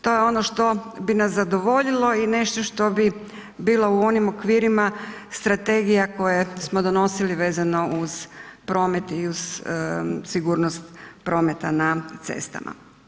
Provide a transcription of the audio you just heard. To je ono što bi nas zadovoljilo i nešto što bi bilo u onim okvirima strategija koje smo donosili vezano uz promet i uz sigurnost prometa na cestama.